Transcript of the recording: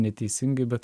neteisingai bet